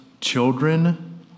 children